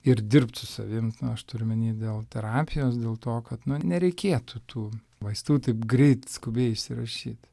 ir dirbt su savim aš turiu omeny dėl terapijos dėl to kad nu nereikėtų tų vaistų taip greit skubiai išsirašyt